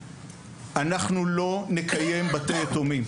אנחנו לא נקיים בתי יתומים.